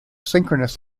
synchronous